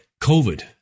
COVID